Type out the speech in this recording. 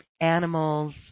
animals